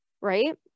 right